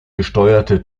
gesteuerte